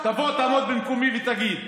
תבוא תעמוד במקומי ותגיד.